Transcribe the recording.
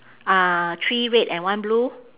uh three red and one blue